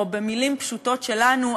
או במילים הפשוטות שלנו,